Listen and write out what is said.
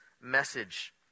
message